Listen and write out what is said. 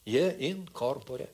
jie in korpore